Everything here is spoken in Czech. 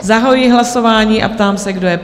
Zahajuji hlasování a ptám se, kdo je pro?